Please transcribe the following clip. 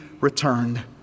returned